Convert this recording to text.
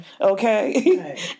Okay